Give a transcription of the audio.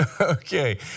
Okay